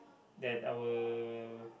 that our